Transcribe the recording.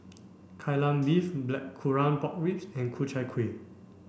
Kai Lan Beef blackcurrant pork ribs and Ku Chai Kuih